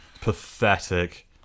Pathetic